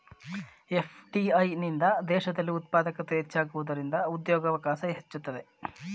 FDI ನಿಂದ ದೇಶದಲ್ಲಿ ಉತ್ಪಾದಕತೆ ಹೆಚ್ಚಾಗುವುದರಿಂದ ಉದ್ಯೋಗವಕಾಶ ಹೆಚ್ಚುತ್ತದೆ